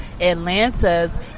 atlanta's